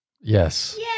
Yes